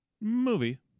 Movie